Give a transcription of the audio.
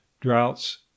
droughts